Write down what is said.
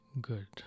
Good